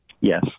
Yes